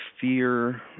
fear